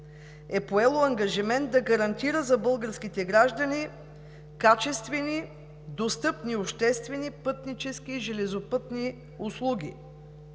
с Цел 189 да гарантира за българските граждани качествени, достъпни обществени пътнически и железопътни услуги.